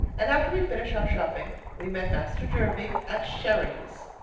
and after we'd finished our shopping, we met master jervie at sherry's.